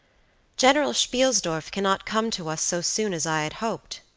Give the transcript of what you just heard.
general spielsdorf cannot come to us so soon as i had hoped,